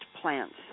plants